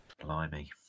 Blimey